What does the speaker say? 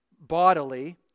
bodily